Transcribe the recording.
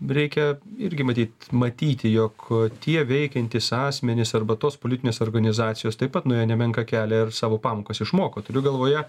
reikia irgi matyt matyti jog tie veikiantys asmenys arba tos politinės organizacijos taip pat nuėjo nemenką kelią ir savo pamokas išmoko turiu galvoje